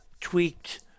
tweaked